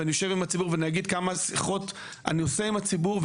ואני יושב עם הציבור ואני אגיד כמה שיחות אני עושה עם הציבור,